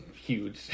huge